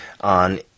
on